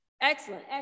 Excellent